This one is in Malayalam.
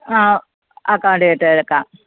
ആ ആ കാർട്ടിൽ ഇട്ടേക്കാം